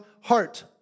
heart